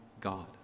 God